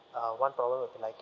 uh one problem will be like